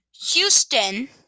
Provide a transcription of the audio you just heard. Houston